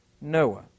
Noah